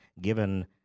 given